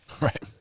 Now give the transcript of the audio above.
Right